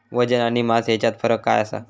वजन आणि मास हेच्यात फरक काय आसा?